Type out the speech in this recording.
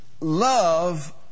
love